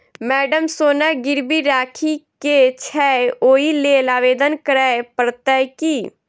Madam सोना गिरबी राखि केँ छैय ओई लेल आवेदन करै परतै की?